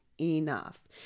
enough